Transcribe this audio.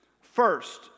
First